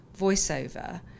voiceover